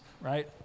right